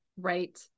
Right